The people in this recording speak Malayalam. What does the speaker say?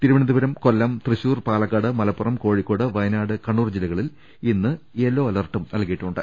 തിരുവനന്തപുരം കൊല്ലം തൃശൂർ പാലക്കാട് മലപ്പുറം കോഴി ക്കോട് വയനാട് കണ്ണൂർ ജില്ലകളിൽ ഇന്ന് യെല്ലോ അലർട്ടും നൽകി യിട്ടുണ്ട്